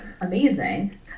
amazing